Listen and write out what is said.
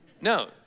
No